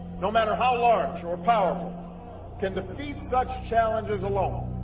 no matter how large or powerful can defeat such challenges alone.